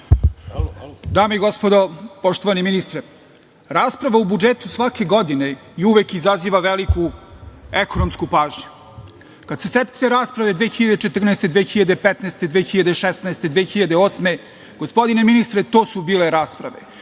Dame i gospodo, poštovani ministre, rasprava u budžetu svake godine uvek izaziva veliku ekonomsku pažnju. Kad se setite rasprave 2014, 2015, 2016, 2018. godine, gospodine ministre, to su bile rasprave,